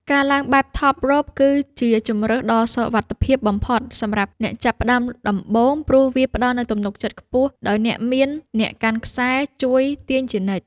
ការឡើងបែប ថបរ៉ូប គឺជាជម្រើសដ៏សុវត្ថិភាពបំផុតសម្រាប់អ្នកចាប់ផ្ដើមដំបូង ព្រោះវាផ្ដល់នូវទំនុកចិត្តខ្ពស់ដោយមានអ្នកកាន់ខ្សែ ជួយទាញជានិច្ច។